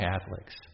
Catholics